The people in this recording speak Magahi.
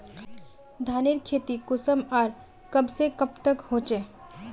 धानेर खेती कुंसम आर कब से कब तक होचे?